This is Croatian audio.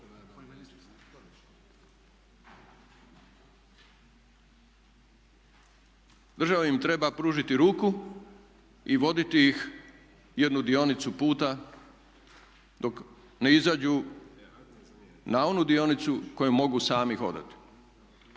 Država im treba pružiti ruku i voditi ih jednu dionicu puta dok ne izađu na onu dionicu koju mogu sami hodati.